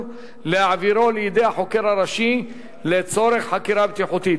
להעבירו לידי החוקר הראשי לצורך חקירה בטיחותית.